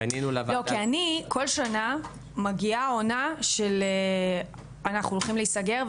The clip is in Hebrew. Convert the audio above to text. לא כי כל שנה מגיעה עונה של אנחנו עומדים להיסגר,